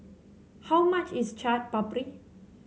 how much is Chaat Papri